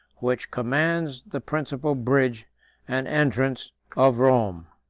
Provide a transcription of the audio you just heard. which commands the principal bridge and entrance of rome.